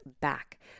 back